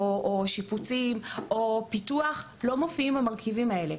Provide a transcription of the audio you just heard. שיפוצים או פיתוח לא מופיעים במרכיבים האלה.